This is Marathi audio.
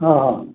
हां हां